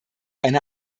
eine